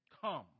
Come